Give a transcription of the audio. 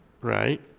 right